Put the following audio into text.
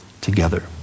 together